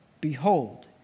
behold